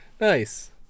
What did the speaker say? Nice